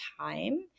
time